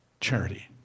charity